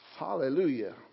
Hallelujah